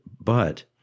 but-